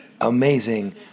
amazing